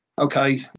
Okay